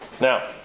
Now